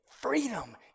freedom